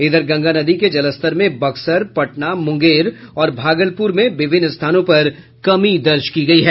इधर गंगा नदी के जलस्तर में बक्सर पटना मुंगेर और भागलपुर में विभिन्न स्थानों पर कमी दर्ज की गयी है